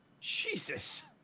Jesus